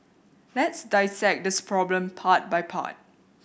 let's dissect this problem part by part